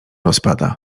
rozpada